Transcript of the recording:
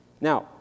Now